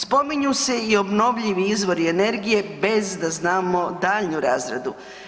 Spominju se i obnovljivi izvori energije bez da znamo daljnju razradu.